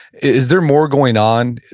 is there more going on?